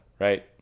right